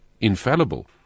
infallible